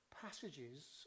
passages